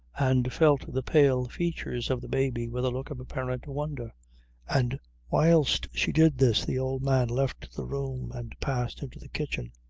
and felt the pale features of the baby with a look of apparent wonder and whilst she did this, the old man left the room and passed into the kitchen.